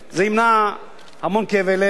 זה ימנע המון כאבי לב,